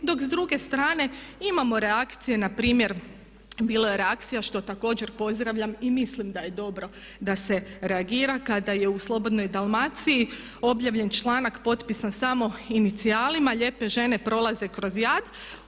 Dok s druge strane imamo reakcije na primjer bilo je reakcija što također pozdravljam i mislim da je dobro da se reagira kada je u Slobodnoj Dalmaciji objavljen članak potpisan samo inicijalima „Lijepe žene prolaze kroz jad“